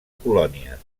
colònies